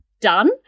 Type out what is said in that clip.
done